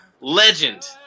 Legend